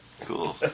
Cool